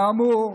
כאמור,